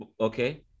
Okay